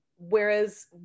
Whereas